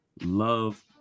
love